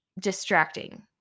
distracting